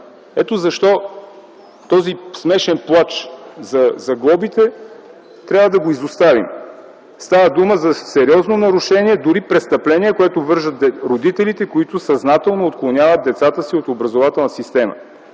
Ето защо този смешен плач за глобите трябва да го изоставим. Става дума за сериозно нарушение, дори престъпление, което вършат родителите, които съзнателно отклоняват децата си от образователната система,